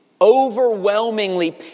overwhelmingly